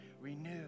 Renew